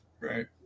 Right